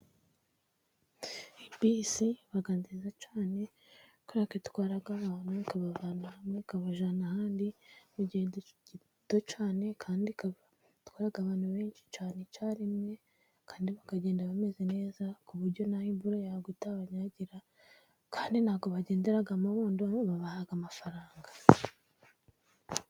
Bisi iba nziza cyane kubera ko itwara abantu, ikabavana hamwe ikabajyana ahandi mu gihe gito cyane, kandi ikaba itwara abantu benshi cyane icyarimwe, kandi bakagenda bameze neza ku buryo naho imvura yagwa itabanyagira, kandi ntabwo bagenderamo ubuntu babaha amafaranga.